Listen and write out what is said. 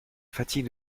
fatigue